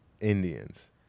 Indians